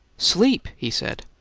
sleep? he said.